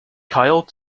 kyle